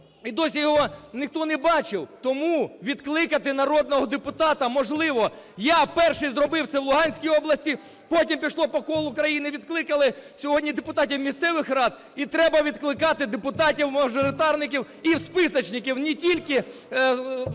і досі його ніхто не бачив. Тому відкликати народного депутата можливо, я перший зробив це в Луганській області, потім пішло по колу країни. Відкликали сьогодні депутатів місцевих рад і треба відкликати депутатів-мажоритарників і списочників. Не тільки може вирішувати